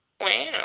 Wow